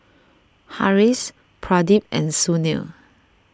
Haresh Pradip and Sunil